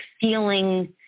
feeling